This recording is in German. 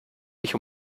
mich